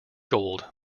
gold